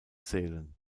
zählen